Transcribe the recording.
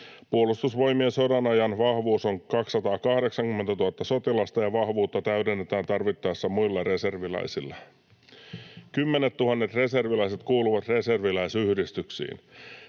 Puolustusvoimien sodanajan vahvuus on 280 000 sotilasta, ja vahvuutta täydennetään tarvittaessa muilla reserviläisillä. Kymmenettuhannet reserviläiset kuuluvat reserviläisyhdistyksiin.